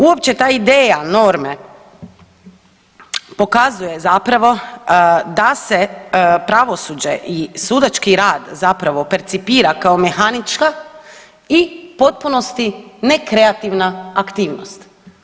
Uopće ta ideja norme pokazuje zapravo da se pravosuđe i sudački rad zapravo percipira kao mehanička i potpunosti nekreativna aktivnost.